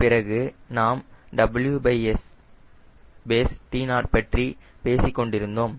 பிறகு நாம் WST0 பற்றி பேசிக்கொண்டிருந்தோம்